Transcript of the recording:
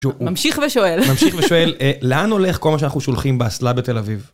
ממשיך ושואל. ממשיך ושואל, לאן הולך כל מה שאנחנו שולחים באסלה בתל אביב?